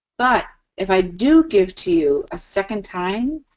but if i do give to you a second time,